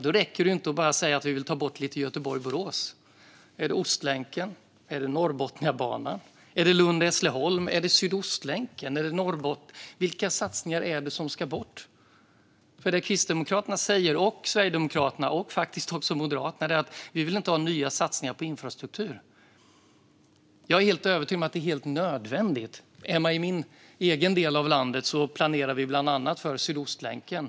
Då räcker det inte att bara säga att man vill ta bort Göteborg-Borås. Är det Ostlänken? Är det Norrbotniabanan? Är det Lund-Hässleholm? Är det Sydostlänken? Vilka satsningar är det som ska bort? Det Kristdemokraterna och Sverigedemokraterna, och faktiskt också Moderaterna, säger är: Vi vill inte ha nya satsningar på infrastruktur. Jag är övertygad om att det är helt nödvändigt. Hemma i min egen del av landet planerar vi bland annat för Sydostlänken.